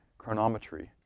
chronometry